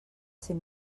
ser